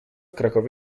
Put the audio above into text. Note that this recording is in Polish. krakowie